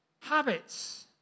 Habits